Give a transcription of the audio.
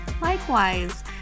Likewise